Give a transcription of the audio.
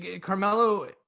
Carmelo